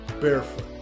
barefoot